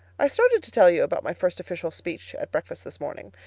i started to tell you about my first official speech at breakfast this morning.